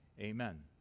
Amen